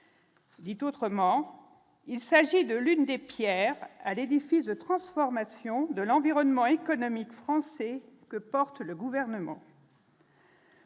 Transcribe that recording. Dit autrement, il s'agit de l'une des pierres à l'édifice de transformation de l'environnement économique français que porte le gouvernement.